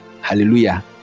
Hallelujah